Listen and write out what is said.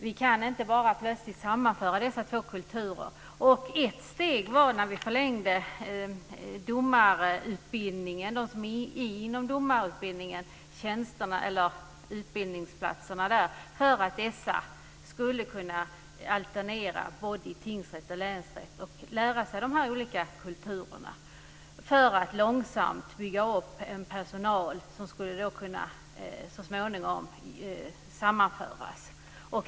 Vi kan inte bara plötsligt sammanföra dessa två kulturer. Ett steg var att vi förlängde domarutbildningen - det gällde utbildningsplatserna där - för att dessa människor skulle kunna alternera mellan tingsrätt och länsrätt och lära sig de olika kulturerna. Man skulle långsamt bygga upp en personalstyrka, och all personal skulle så småningom kunna sammanföras.